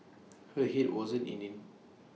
her Head wasn't in IT